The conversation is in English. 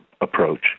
approach